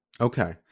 Okay